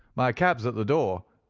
my cab's at the door.